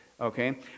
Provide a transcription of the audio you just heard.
okay